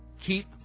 Keep